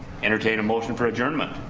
entertain a motion for adjournment.